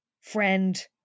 friend